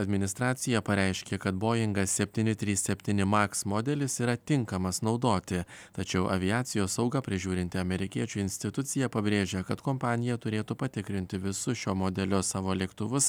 administracija pareiškė kad boingas septyni trys septyni max modelis yra tinkamas naudoti tačiau aviacijos saugą prižiūrinti amerikiečių institucija pabrėžia kad kompanija turėtų patikrinti visus šio modelio savo lėktuvus